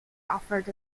offered